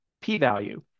p-value